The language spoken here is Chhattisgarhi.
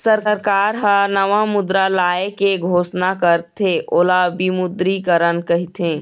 सरकार ह नवा मुद्रा लाए के घोसना करथे ओला विमुद्रीकरन कहिथें